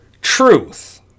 truth